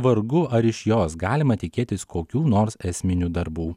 vargu ar iš jos galima tikėtis kokių nors esminių darbų